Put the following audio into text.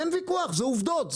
אין ויכוח זה עובדות,